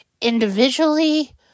individually